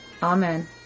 Amen